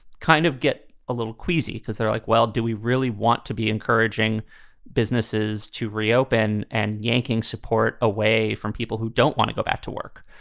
kind of get a little queasy because they're like, well, do we really want to be encouraging businesses to reopen and yanking support away from people who don't want to go back to work?